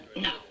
No